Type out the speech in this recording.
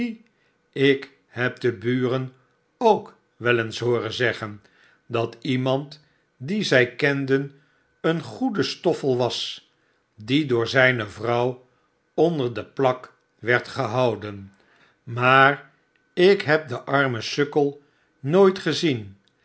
ik heb de buren ook wel eens hooren zeggen dat iemand die zij kenden een goede stoffel was die door zijne vrouw onder de plak werd gehouden maar ik heb den armen sukkel nooit gezien